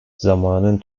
zamanın